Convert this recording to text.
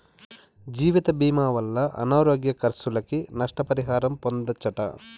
జీవితభీమా వల్ల అనారోగ్య కర్సులకి, నష్ట పరిహారం పొందచ్చట